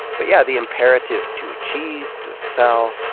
but yeah, the imperative to achieve, to excel.